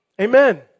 Amen